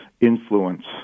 influence